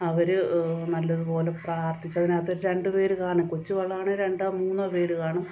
അവർ നല്ലതുപോലെ പ്രാർത്ഥിച്ച് അതിനകത്തൊരു രണ്ട് പേര് കാണും കൊച്ചു വളളവാണേ രണ്ടോ മൂന്നോ പേര് കാണും